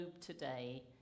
today